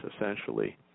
Essentially